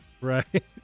Right